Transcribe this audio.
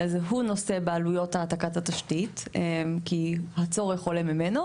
והוא נושא בעלויות העתקת התשתית כי הצורך עולה ממנו,